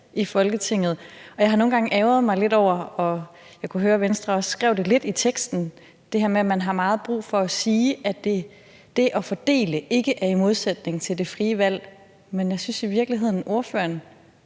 i Folketinget. Og jeg har nogle gange ærgret mig lidt over – og jeg kunne høre, at Venstre også havde skrevet det lidt i teksten – det her med, at man har meget brug for at sige, at det at fordele ikke er i modsætning til det frie valg. Men jeg synes i virkeligheden, at ordføreren